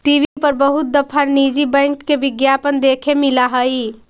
TV पर बहुत दफा निजी बैंक के विज्ञापन देखे मिला हई